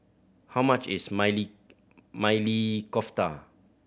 how much is Maili Maili Kofta